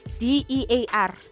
D-E-A-R